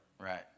Right